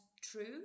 true